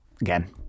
again